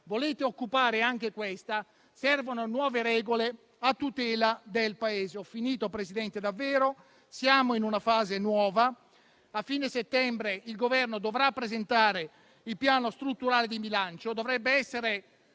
volete occupare anche questa, servono nuove regole a tutela del Paese. In conclusione, Presidente, siamo in una fase nuova. A fine settembre il Governo dovrà presentare il piano strutturale di bilancio.